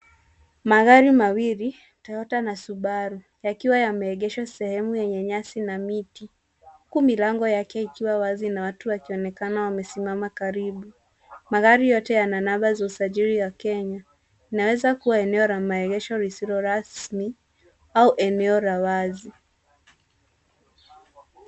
Magari mawili Toyota na Subaru yakiwa yame egeshwa sehemu yenye nyasi na miti huku milango yake ikiwa wazi na watu wakionekana wamesimama karibu. Magari yote yana namba za usajili ya Kenya inaweza kuwa eneo la maegesho lisilo rasmi au eneo la wazi.